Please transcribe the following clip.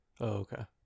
okay